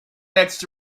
with